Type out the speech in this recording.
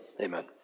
Amen